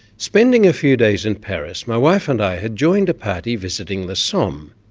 spending a few days in paris, my wife and i had joined a party visiting the somme.